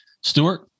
Stewart